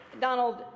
Donald